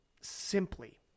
simply